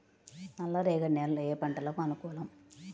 నల్లరేగడి నేలలు ఏ పంటలకు అనుకూలం?